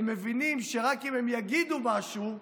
הם מבינים שאם רק הם יגידו משהו,